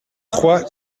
trois